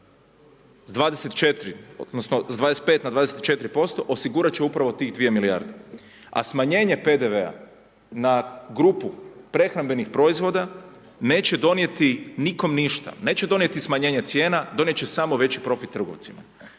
sa 25 na 24%, osigurat će upravo tih 2 milijarde. A smanjenje PDV-a na grupu prehrambenih proizvoda neće donijeti nikom ništa, neće donijeti smanjenje cijena donijet će samo veći profit trgovcima.